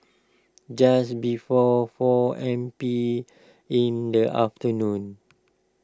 just before four M P in the afternoon